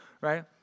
right